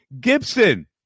Gibson